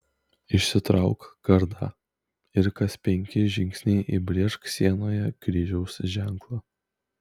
išsitrauk kardą ir kas penki žingsniai įbrėžk sienoje kryžiaus ženklą